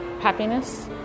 happiness